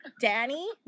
Danny